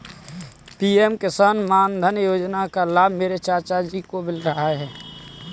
PM Kisan Maandhan Yojana का लाभ मेरे चाचा जी को मिल रहा है